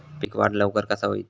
पीक वाढ लवकर कसा होईत?